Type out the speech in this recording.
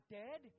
dead